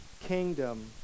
kingdom